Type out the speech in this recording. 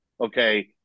okay